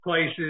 Places